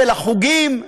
ולחוגים,